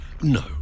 No